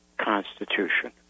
Constitution